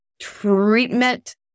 Treatment